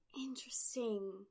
interesting